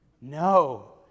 No